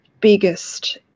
biggest